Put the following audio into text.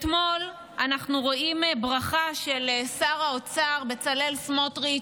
אתמול ראינו ברכה של שר האוצר בצלאל סמוטריץ',